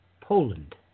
Poland